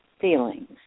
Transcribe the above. feelings